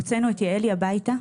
הוצאנו את יעלי הביתה.